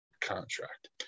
contract